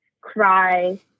cry